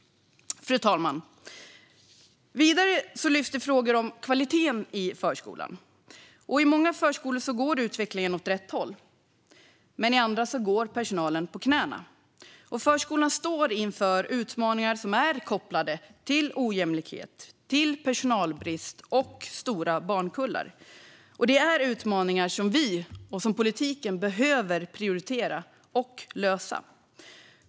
Fru talman! Vidare lyfts frågor om kvaliteten i förskolan. I många förskolor går utvecklingen åt rätt håll, men i andra går personalen på knäna. Förskolan står inför utmaningar som är kopplade till ojämlikhet, personalbrist och stora barnkullar. Det är utmaningar som politiken behöver prioritera och lösa.